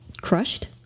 crushed